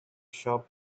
shop